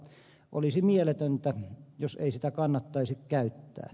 olisi mieletöntä jos ei sitä kannattaisi käyttää